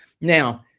Now